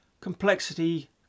Complexity